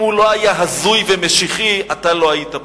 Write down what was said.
אם הוא לא היה הזוי ומשיחי, אתה לא היית פה.